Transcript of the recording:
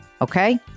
Okay